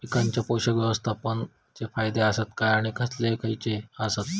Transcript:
पीकांच्या पोषक व्यवस्थापन चे फायदे आसत काय आणि खैयचे खैयचे आसत?